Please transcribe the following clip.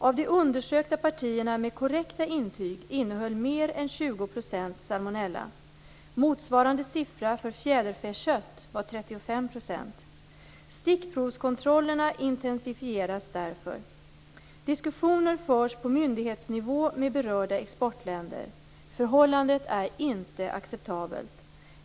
Av de undersökta partierna med korrekta intyg innehöll mer än 20 % salmonella. Motsvarande siffra för fjäderfäkött var 35 %. Stickprovskontrollerna intensifieras därför. Diskussioner förs på myndighetsnivå med berörda exportländer. Förhållandet är inte acceptabelt.